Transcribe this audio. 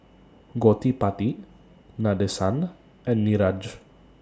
Gottipati Nadesan and Niraj